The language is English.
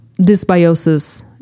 dysbiosis